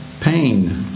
pain